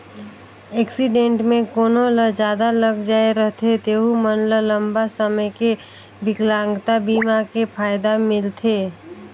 accident मे कोनो ल जादा लग जाए रथे तेहू मन ल लंबा समे के बिकलांगता बीमा के फायदा मिलथे